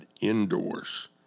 indoors